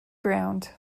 ground